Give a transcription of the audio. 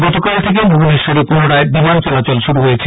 গতকাল থেকে ভুবনেশ্বরে পুনরায় বিমান চলাচল শুরু হয়েছে